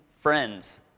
friends